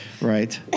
Right